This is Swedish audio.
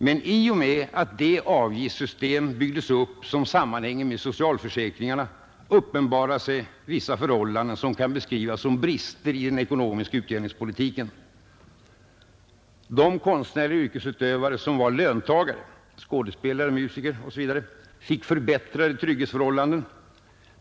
Men i och med att det avgiftssystem byggdes upp, som sammanhänger med socialförsäkringarna, uppenbarade sig vissa förhållanden som kan beskrivas som brister i den ekonomiska utjämningspolitiken. De konstnärliga yrkesutövare som var löntagare — skådespelare och musiker t.ex. — fick förbättrade trygghetsförhållanden.